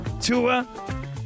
Tua